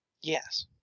Yes